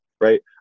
right